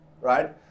right